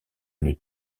une